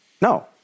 No